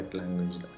language